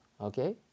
Okay